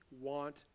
want